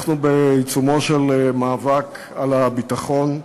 אנחנו בעיצומו של מאבק על הביטחון,